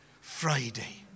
Friday